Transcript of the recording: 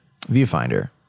viewfinder